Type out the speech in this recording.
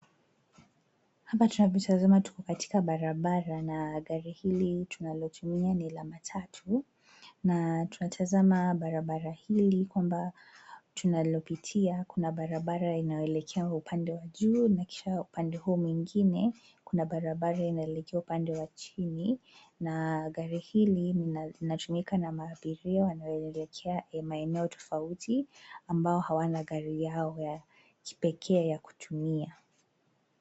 Hapa tu katikati barabara na gari hili tunalotumia ni la matatu. Na tunatazama barabara hili kwamba tunalopitia, kuna barabara inayoelekea upande wa juu, na kisha upandee huu mwingine kuna barabara inayoelekea upande wa chini na gari hili linatumika na abiria wanaoelekea maeneo tofauti ambao hawana magari ya kipekee ya kutumia.